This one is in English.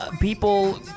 people